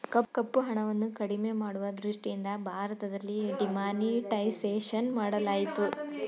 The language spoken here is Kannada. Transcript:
ಕಪ್ಪುಹಣವನ್ನು ಕಡಿಮೆ ಮಾಡುವ ದೃಷ್ಟಿಯಿಂದ ಭಾರತದಲ್ಲಿ ಡಿಮಾನಿಟೈಸೇಷನ್ ಮಾಡಲಾಯಿತು